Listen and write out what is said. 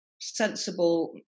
sensible